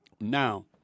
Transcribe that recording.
now